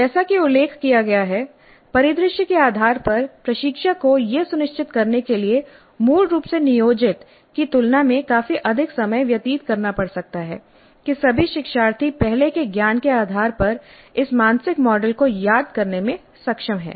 जैसा कि उल्लेख किया गया है परिदृश्य के आधार पर प्रशिक्षक को यह सुनिश्चित करने के लिए मूल रूप से नियोजित की तुलना में काफी अधिक समय व्यतीत करना पड़ सकता है कि सभी शिक्षार्थी पहले के ज्ञान के आधार पर इस मानसिक मॉडल को याद करने में सक्षम हैं